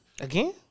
again